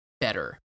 better